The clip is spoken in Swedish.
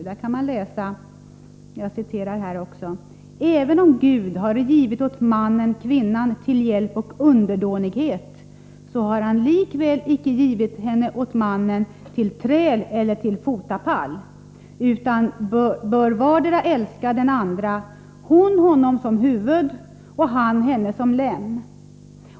Där kan man läsa: ”Även om Gud har givit åt mannen kvinnan till hjälp och underdånighet, så har han likväl icke givit henne åt mannen till träl eller till fotapall, utan bör vardera älska den andra, hon honom som huvud och han henne som lem.